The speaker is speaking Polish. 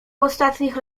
ostatnich